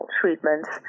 treatments